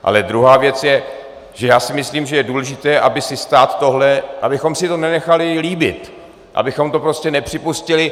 Ale druhá věc je, že si myslím, že je důležité, aby si stát tohle... abychom si to nenechali líbit, abychom to prostě nepřipustili.